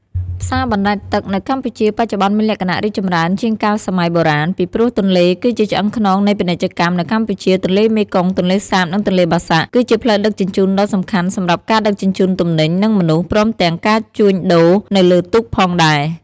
ផ្សារបណ្ដែតទឹកនៅកម្ពុជា បច្ចុប្បន្នមានលក្ខណៈរីកចម្រើនជាងកាលសម័យបុរាណ ពីព្រោះទន្លេគឺជាឆ្អឹងខ្នងនៃពាណិជ្ជកម្មនៅកម្ពុជា ទន្លេមេគង្គ ទន្លេសាប និងទន្លេបាសាក់ គឺជាផ្លូវដឹកជញ្ជូនដ៏សំខាន់សម្រាប់ការដឹកជញ្ជូនទំនិញ និងមនុស្ស ព្រមទាំងការជួញដូរនៅលើទូកផងដែរ។